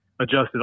adjusted